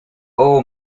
all